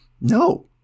No